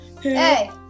Hey